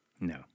No